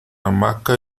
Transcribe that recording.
hamaca